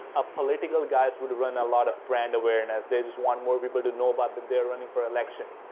a political guys would run a lot of brand awareness, they just want more people to know about that they're running for election.